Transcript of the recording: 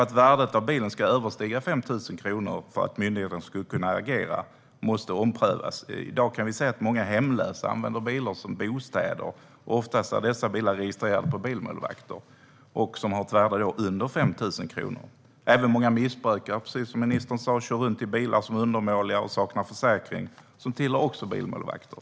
Att värdet på bilen överstiga 5 000 kronor för att myndigheten ska kunna agera måste omprövas. I dag kan vi se att många hemlösa använder bilar som bostäder. Oftast är dessa bilar som har ett värde under 5 000 kronor registrerade på bilmålvakter. Även många missbrukare, precis som ministern sa, kör runt i bilar som är undermåliga och saknar försäkring och som också tillhör bilmålvakter.